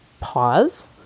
pause